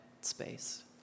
space